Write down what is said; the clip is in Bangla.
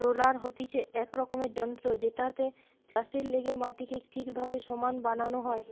রোলার হতিছে এক রকমের যন্ত্র জেটাতে চাষের লেগে মাটিকে ঠিকভাবে সমান বানানো হয়